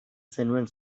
zenuen